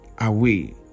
away